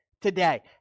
today